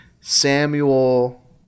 Samuel